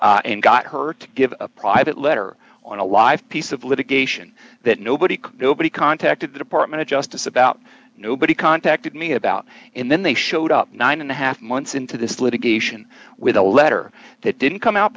and got her to give a private letter on a live piece of litigation that nobody nobody contacted the department of justice about nobody contacted me about and then they showed up nine and a half months into this litigation with a letter that didn't come out